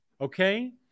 Okay